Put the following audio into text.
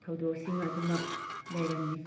ꯊꯧꯗꯣꯛꯁꯤꯡ ꯑꯗꯨꯃꯛ ꯂꯩꯔꯝꯏ